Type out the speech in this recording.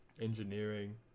Engineering